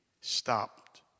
stopped